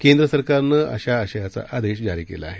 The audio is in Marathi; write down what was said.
केंद्र सरकारनं अशा आशयाचा आदेश जारी केला आहे